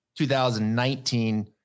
2019